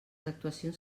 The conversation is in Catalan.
actuacions